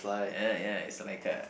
yeah yeah it's like a